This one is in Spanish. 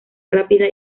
rápida